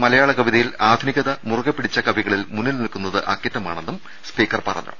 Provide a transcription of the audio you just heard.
മ ലയാള കവിതയിൽ ആധുനികത മുറുകെ പിടിച്ച കവികളിൽ മുന്നിൽ നിൽ ക്കുന്നത് അക്കിത്തമാണെന്നും സ്പീക്കർ പറഞ്ഞു